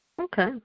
Okay